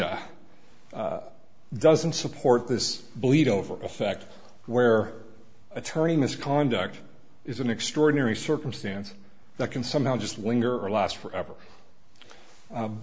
dicta doesn't support this bleed over effect where attorney misconduct is an extraordinary circumstance that can somehow just linger or last forever